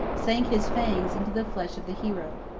sank his fangs into the flesh of the hero.